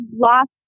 lost